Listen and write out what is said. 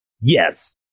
Yes